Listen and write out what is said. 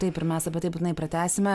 taip ir mes apie tai būtinai pratęsime